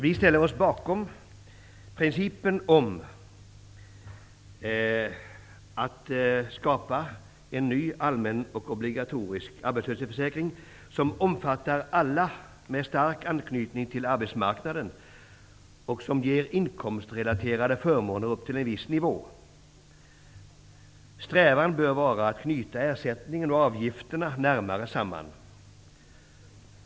Vi ställer oss bakom principen om att skapa en ny allmän och obligatorisk arbetslöshetsförsäkring som omfattar alla med stark anknytning till arbetsmarknaden och som ger inkomstrelaterade förmåner upp till en viss nivå. Strävan bör vara att knyta ersättningen och avgifterna närmare samman.